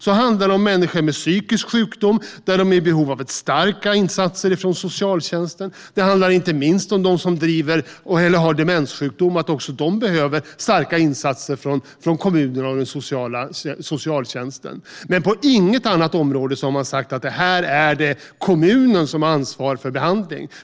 Så är det med människor med psykisk sjukdom som har behov av starka insatser från socialtjänsten. Det handlar inte minst om dem som har demenssjukdom; även de behöver starka insatser från kommunen och socialtjänsten. På inget annat område har man dock sagt att här är det kommunen som har ansvar för behandling.